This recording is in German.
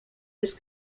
des